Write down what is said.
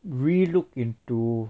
relook into